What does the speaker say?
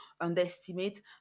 underestimate